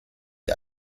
die